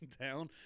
down